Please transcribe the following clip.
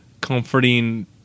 comforting